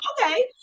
okay